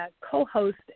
co-host